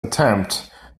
attempt